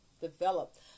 developed